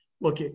look